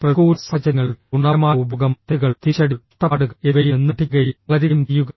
പ്രതികൂല സാഹചര്യങ്ങളുടെ ഗുണപരമായ ഉപയോഗംഃ തെറ്റുകൾ തിരിച്ചടികൾ കഷ്ടപ്പാടുകൾ എന്നിവയിൽ നിന്ന് പഠിക്കുകയും വളരുകയും ചെയ്യുക